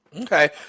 Okay